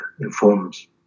informs